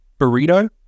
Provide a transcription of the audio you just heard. Burrito